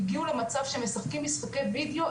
הגיעו למצב שהם משחקים משחקי וידאו,